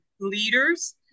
leaders